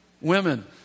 Women